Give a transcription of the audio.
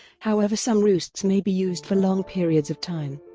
however some roosts may be used for long periods of time.